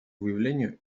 выявлению